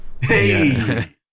Hey